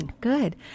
Good